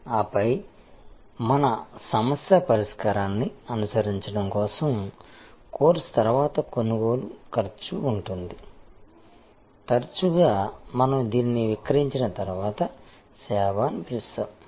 ఆపై మన సమస్య పరిష్కారాన్ని అనుసరించడం కోసం కోర్సు తర్వాత కొనుగోలు ఖర్చు ఉంటుంది తరచుగా మనం దీనిని విక్రయించిన తర్వాత సేవ అని పిలుస్తాము